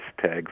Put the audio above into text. tags